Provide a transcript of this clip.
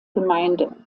gemeinde